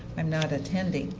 i'm not attending,